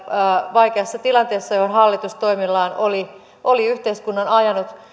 vaikeassa tilanteessa johon hallitus toimillaan oli oli yhteiskunnan ajanut